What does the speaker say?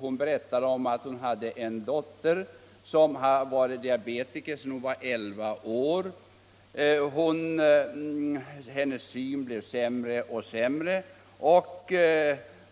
Denna dam berättade att hon hade en dotter som var diabetiker sedan elvaårsåldern. Dotterns syn blev sämre och sämre och